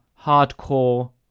hardcore